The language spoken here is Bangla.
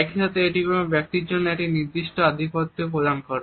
একইসাথে এটি কোন ব্যক্তির জন্য একটি নির্দিষ্ট আধিপত্যও প্রদান করে